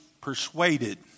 persuaded